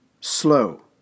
slow